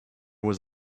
was